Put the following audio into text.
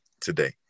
today